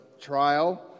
trial